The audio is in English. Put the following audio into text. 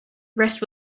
rest